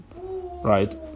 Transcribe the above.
right